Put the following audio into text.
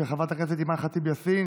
של חברת הכנסת אימאן ח'טיב יאסין,